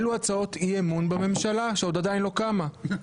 אלו הצעות אי-אמון בממשלה, שעדיין לא קמה.